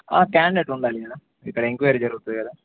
candidate ఉండాలి కదా ఇక్కడ ఎన్క్వరీ జరుగుతది కదా